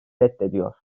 reddediyor